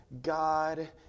God